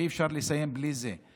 ואי-אפשר לסיים בלי זה,